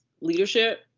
leadership